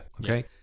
okay